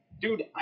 dude